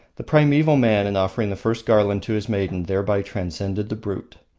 the primeval man in offering the first garland to his maiden thereby transcended the brute.